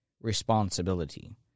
responsibility